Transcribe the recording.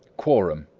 quorum,